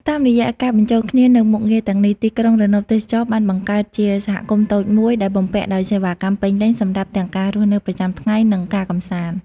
តាមរយៈការបញ្ចូលគ្នានូវមុខងារទាំងនេះ ទីក្រុងរណបទេសចរណ៍បានបង្កើតជា សហគមន៍តូចមួយ ដែលបំពាក់ដោយសេវាកម្មពេញលេញ សម្រាប់ទាំងការរស់នៅប្រចាំថ្ងៃ និងការកម្សាន្ត។